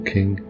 King